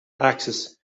axes